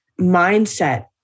mindset